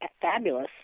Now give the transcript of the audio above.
fabulous